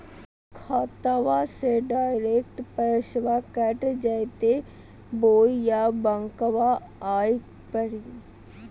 खाताबा से डायरेक्ट पैसबा कट जयते बोया बंकबा आए परी?